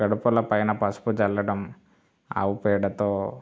గడపల పైన పసుపు చల్లడం ఆవుపేడతో